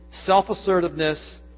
self-assertiveness